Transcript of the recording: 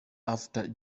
after